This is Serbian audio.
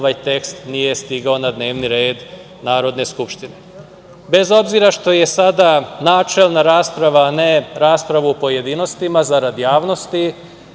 ovaj tekst nije stigao na dnevni red Narodne skupštine. Bez obzira što je sada načelna rasprava, a ne rasprava u pojedinostima, zarad javnosti,